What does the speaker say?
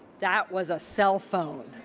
that was a cell phone.